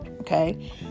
Okay